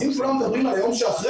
אז אם כולם מדברים על היום שאחרי,